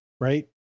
right